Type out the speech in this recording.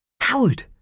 Howard